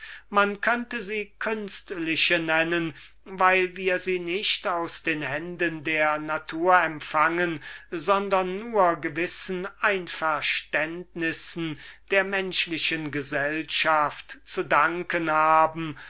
man könnte sie künstliche nennen weil wir sie nicht aus den händen der natur empfangen sondern nur gewissen übereinkommnissen der menschlichen gesellschaft zu danken haben